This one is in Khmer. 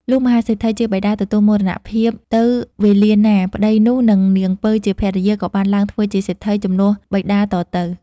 លុះមហាសេដ្ឋីជាបិតាទទួលមរណភាពទៅវេលាណា ប្ដីនោះនិងនាងពៅជាភរិយា ក៏បានឡើងធ្វើជាសេដ្ឋីជំនួសបិតាតទៅ។